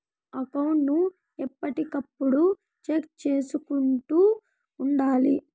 account ను ఎప్పటికప్పుడు check చేసుకుంటూ ఉండాలి